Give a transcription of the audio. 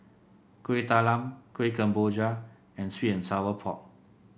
Kuih Talam Kuih Kemboja and sweet and Sour Pork